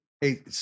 Hey